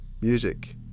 music